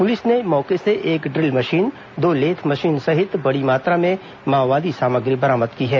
police ने मौके से एक ड्रिल मशीन दो लेथ मशीन सहित बड़ी मात्रा में माओवादी सामग्री बरामद की है